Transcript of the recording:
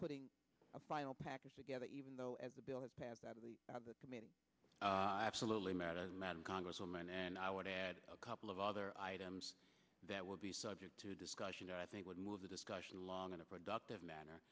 putting a final package together even though as the bill has passed out of the committee absolutely matters madam congresswoman and i would add a couple of other items that will be subject to discussion that i think would move the discussion along in a productive manner